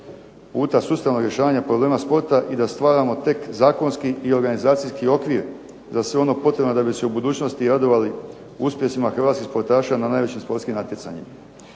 puta sustavnog rješavanja problema sporta i da stvaramo tek zakonski i organizacijski okvir za sve ono potrebno da bi se u budućnosti radovali uspjesima hrvatskih sportaša na najvećim sportskim natjecanjima.